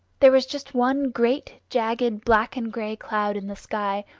there was just one great, jagged, black and gray cloud in the sky,